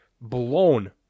blown